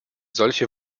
solche